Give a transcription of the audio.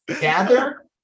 Gather